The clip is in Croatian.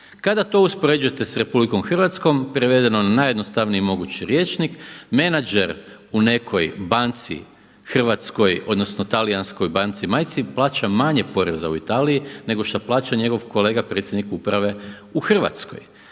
Kada to uspoređujete s RH prevedeno na najjednostavniji mogući rječnik menadžer u nekoj banci hrvatskoj odnosno talijanskoj banci majci plaća manje poreza u Italiji nego što plaća njegov kolega predsjednik uprave u Hrvatskoj.